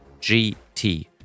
GT